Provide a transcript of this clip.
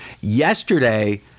Yesterday